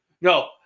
No